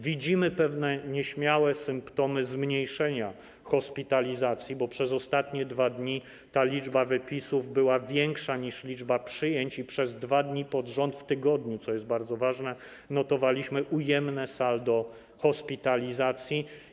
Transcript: Widzimy pewne nieśmiałe symptomy zmniejszenia liczby hospitalizacji, bo przez ostatnie 2 dni liczba wypisów była większa niż liczba przyjęć i przez 2 dni z rzędu w tygodniu, co jest bardzo ważne, notowaliśmy ujemne saldo hospitalizacji.